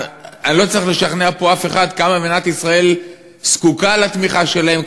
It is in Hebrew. ואני לא צריך לשכנע פה אף אחד כמה מדינת ישראל זקוקה לתמיכה שלהם,